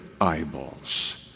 eyeballs